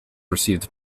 received